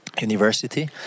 university